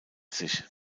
sich